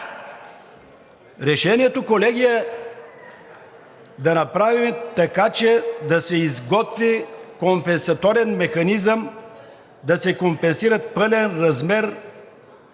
Решението, колеги, е да направим така, че да се изготви компенсаторен механизъм да се компенсират в пълен размер